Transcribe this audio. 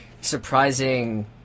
surprising